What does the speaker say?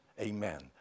Amen